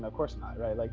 ah course not, right? like,